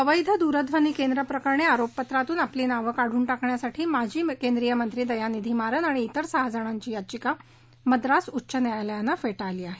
अवैध दूरध्वनीकेंद्र प्रकरणी आरोप पत्रातून नावं काढून टाकण्यासाठीची माजी केंद्रीय मंत्री दयानिधी मारन आणि त्रि सहा जणांची याचिका मद्रास उच्च न्यायालयानं फेटाळली आहे